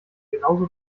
genauso